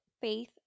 Faith